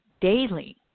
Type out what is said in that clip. daily